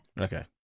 Okay